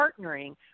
partnering